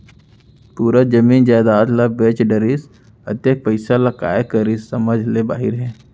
पूरा जमीन जयजाद ल बेच डरिस, अतेक पइसा ल काय करिस समझ ले बाहिर हे